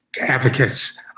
advocates